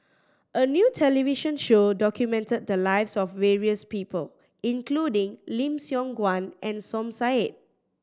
a new television show documented the lives of various people including Lim Siong Guan and Som Said